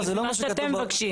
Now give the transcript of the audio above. זה מה שאתם מבקשים.